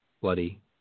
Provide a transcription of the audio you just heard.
bloody